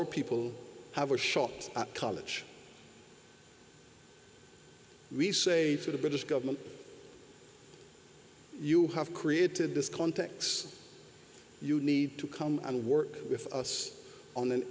our people have a shot at college we say to the british government you have created this context you need to come and work with us on an